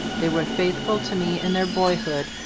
they were faith ful to me in their boyhood,